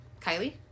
Kylie